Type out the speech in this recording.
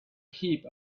heap